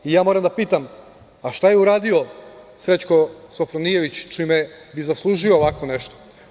Ja moram da pitam, a šta je uradio Srećko Sofronijević čime bi zaslužio ovako nešto?